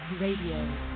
Radio